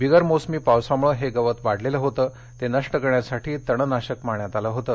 बिगर मोसमी पावसाम्रळं हे गवत वाढलेलं होतं ते नष्ट करण्यासाठी तणनाशक मारण्यात आलं होतं